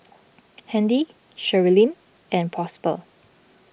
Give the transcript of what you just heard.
Handy Sherilyn and Prosper